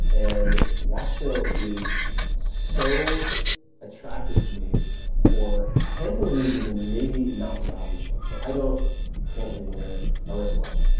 and watchville is so attractive to me for a handful of reasons, and maybe not the obvious ones. so i don't currently wear a wristwatch.